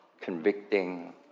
convicting